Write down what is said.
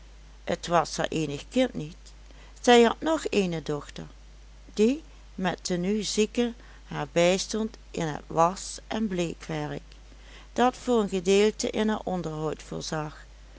het was haar eenig kind niet zij had nog eene dochter die met de nu zieke haar bijstond in het wasch en bleekwerk dat voor een gedeelte in haar onderhoud voorzag